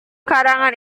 karangan